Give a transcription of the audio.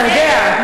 אתה יודע,